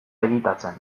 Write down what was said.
editatzen